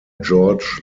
george